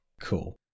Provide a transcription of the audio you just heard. cool